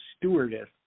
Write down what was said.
stewardess